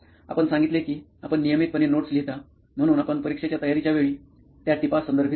आपण सांगितले की आपण नियमितपणे नोट्स लिहिता म्हणून आपण परीक्षेच्या तयारीच्या वेळी त्या टिपा संदर्भित करता